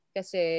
Kasi